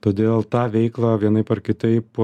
todėl tą veiklą vienaip ar kitaip